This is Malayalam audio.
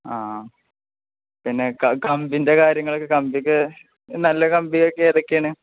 ആ പിന്നെ കമ്പിയുടെ കാര്യങ്ങളൊക്കെ കമ്പിയൊക്കെ നല്ല കമ്പിയൊക്കെ ഏതൊക്കെയാണ്